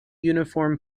uniform